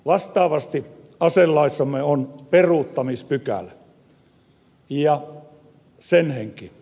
vastaavasti aselaissamme on peruuttamispykälä ja sen henki on